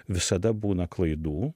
visada būna klaidų